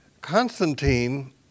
Constantine